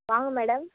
வாங்க மேடம்